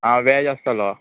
आं वेज आसतलो